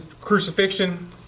crucifixion